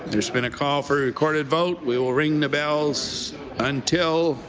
there's been a call for recorded vote. we will ring the bells until